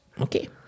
Okay